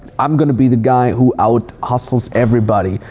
i'm gonna be the guy who out-hustles everybody.